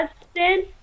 Justin